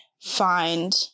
find